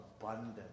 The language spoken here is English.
abundant